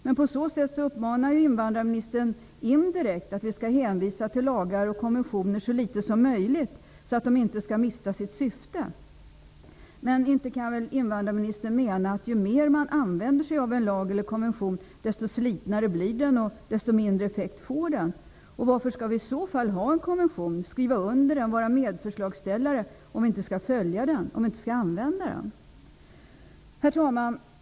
Men på så sätt uppmanar invandrarministern indirekt till att vi skall så litet som möjligt hänvisa till lagar och konventioner så att de inte skall mista sitt syfte. Men inte kan väl invandrarministern mena att ju mer man använder sig av en lag eller en konvention desto mer sliten blir den och desto mindre effekt får den? Varför skall vi vara medförslagsställare och skriva under en konvention om det inte är meningen att vi skall följa och tillämpa den? Herr talman!